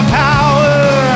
power